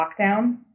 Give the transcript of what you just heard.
lockdown